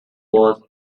was